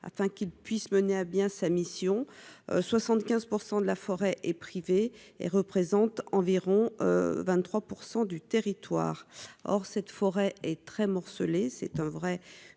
afin qu'il puisse mener à bien sa mission 75 % de la forêt et privée et représentent environ 23 % du territoire, or cette forêt est très morcelée, c'est un vrai